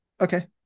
okay